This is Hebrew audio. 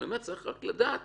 צריך לדעת